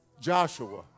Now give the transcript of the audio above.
Joshua